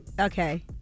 Okay